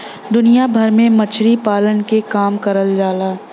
दुनिया भर में मछरी पालन के काम करल जाला